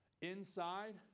Inside